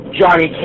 Johnny